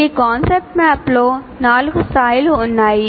ఈ కాన్సెప్ట్ మ్యాప్లో 4 స్థాయిలు ఉన్నాయి